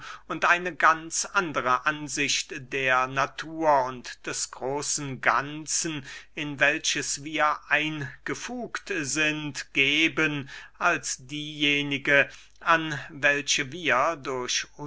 und eine ganz andere ansicht der natur und des großen ganzen in welches wir eingefugt sind geben als diejenige an welche wir durch